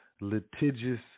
litigious